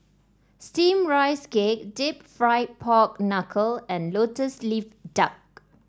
steamed Rice Cake deep fried Pork Knuckle and lotus leaf duck